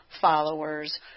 followers